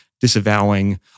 disavowing